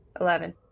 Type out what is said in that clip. eleven